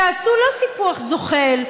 תעשו לא סיפוח זוחל,